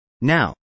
Now